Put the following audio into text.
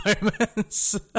moments